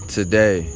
Today